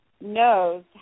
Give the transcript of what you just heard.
knows